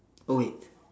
oh wait